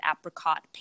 apricot